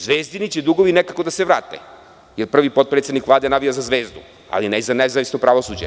Zvezdini“ će dugovi nekako da se vrate, jer prvi potpredsednik Vlade navija za „Zvezdu“, ali ne i za nezavisno pravosuđe.